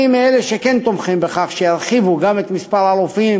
אני מאלה שכן תומכים גם בהגדלת מספר הרופאים